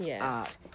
art